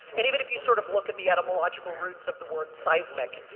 and even if you sort of look at the animal logical roots of the word seismic,